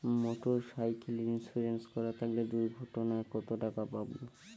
Motorcycle insurance করা থাকলে দুঃঘটনায় কতটাকা পাব?